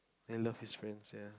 and love his friends ya